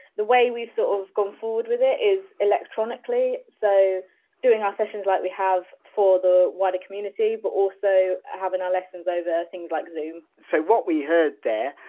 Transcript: the way we've sort so of gone forward with it is electronically, so doing our sessions like we have for the wider community, but also having our lessons over things like zoom so what we heard there,